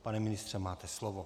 Pane ministře, máte slovo.